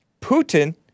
Putin